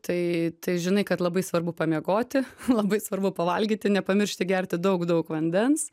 tai tai žinai kad labai svarbu pamiegoti labai svarbu pavalgyti nepamiršti gerti daug daug vandens